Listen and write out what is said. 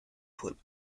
von